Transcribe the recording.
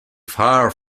far